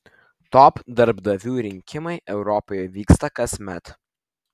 top darbdavių rinkimai europoje vyksta kasmet